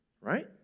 right